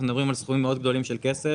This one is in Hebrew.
אנחנו מדברים על סכומים מאוד גדולים של כסף,